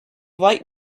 light